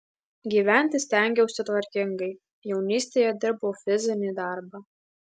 gyventi stengiausi tvarkingai jaunystėje dirbau fizinį darbą